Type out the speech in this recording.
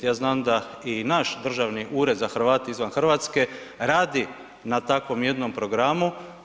Ja znam da i naš Državni ured za Hrvate izvan Hrvatske radi na takvom jednom programu.